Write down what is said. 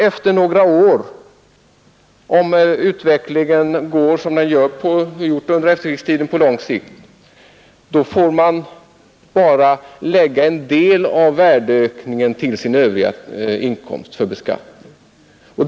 Efter några år, om utvecklingen blir densamma som under efterkrigstiden på lång sikt, behöver man bara lägga en del av värdeökningen till sin övriga inkomst för beskattning.